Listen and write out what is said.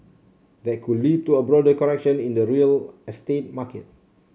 that could lead to a broader correction in the real estate market